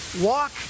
walk